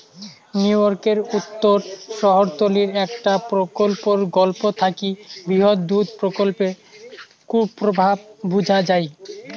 নিউইয়র্কের উত্তর শহরতলীর একটা প্রকল্পর গল্প থাকি বৃহৎ দুধ প্রকল্পর কুপ্রভাব বুঝা যাই